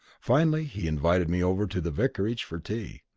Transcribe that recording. finally he invited me over to the vicarage for tea.